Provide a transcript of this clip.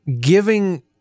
giving